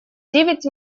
девять